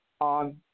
on